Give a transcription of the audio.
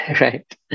right